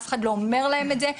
אף אחד לא אומר להם את זה,